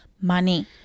money